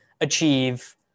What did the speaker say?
achieve